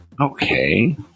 Okay